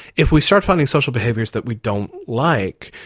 if we start finding social behaviours that we don't like,